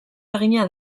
egina